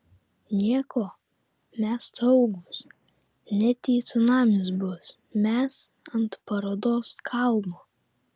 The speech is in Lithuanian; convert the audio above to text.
nieko mes saugūs net jei cunamis bus mes ant parodos kalno